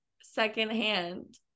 secondhand